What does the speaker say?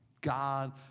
God